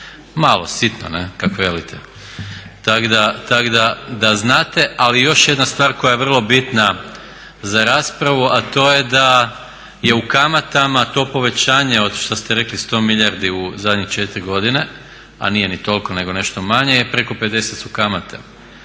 malo sitno ne, kak velite. Tako da znate. Ali još jedna stvar koja je vrlo bitna za raspravu, a to je da je u kamatama to povećanje što ste rekli 100 milijardi u zadnje 4 godine, a nije ni toliko nego nešto manje je preko 50 su kamate